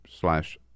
slash